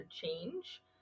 change